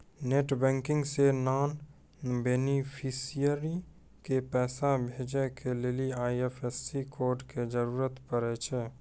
net banking से non beneficiary के पैसा भेजै के लेली आई.एफ.एस.सी कोड के जरूरत पड़ै छै